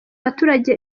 abaturage